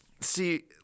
See